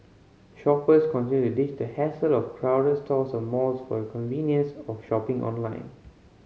shoppers continue to ditch the hassle of crowded stores and malls for the convenience of shopping online